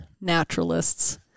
naturalists